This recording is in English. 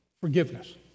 forgiveness